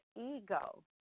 ego